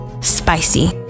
spicy